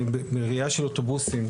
בראייה של אוטובוסים,